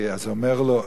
אומר לו: